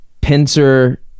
pincer